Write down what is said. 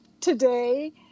today